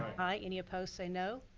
aye! any opposed say no.